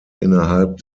innerhalb